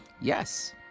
Yes